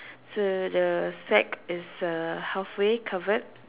so the sack is uh halfway covered